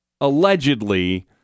allegedly